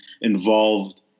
involved